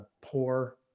poor